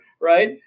Right